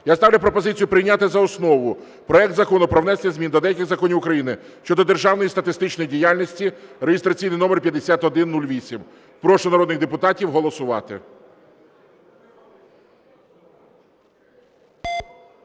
Я ставлю пропозицію прийняти за основу проект Закону про внесення змін до деяких законів України щодо державної статистичної діяльності (реєстраційний номер 5108). Прошу народних депутатів голосувати.